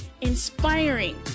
inspiring